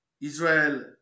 israel